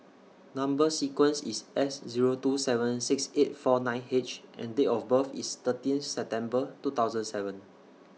Number sequence IS S Zero two seven six eight four nine H and Date of birth IS thirteen September two thousand and seven